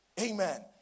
amen